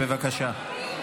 בבקשה.